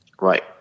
Right